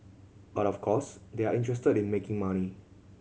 but of course they are interested in making money